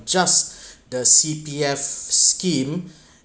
just the C_P_F scheme